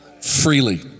freely